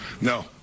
no